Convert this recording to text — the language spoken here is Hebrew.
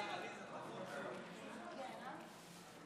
חברי הכנסת,